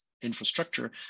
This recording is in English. infrastructure